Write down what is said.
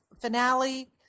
finale